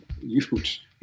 Huge